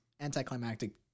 anticlimactic